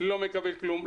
לא מקבל כלום.